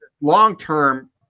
long-term